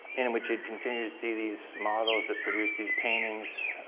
in which you'd continue to see these models that produce these paintings.